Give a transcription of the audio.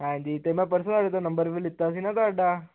ਹਾਂਜੀ ਤੇ ਮੈਂ ਪਰਸਨਲ ਕਿਸੇ ਤੋਂ ਨੰਬਰ ਲਿੱਤਾ ਸੀ ਨਾ ਤੁਹਾਡਾ